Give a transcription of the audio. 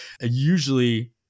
usually